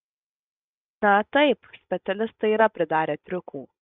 na taip specialistai yra pridarę triukų